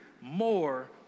more